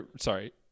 Sorry